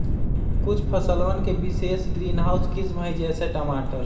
कुछ फसलवन के विशेष ग्रीनहाउस किस्म हई, जैसे टमाटर